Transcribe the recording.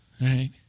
Right